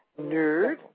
Nerd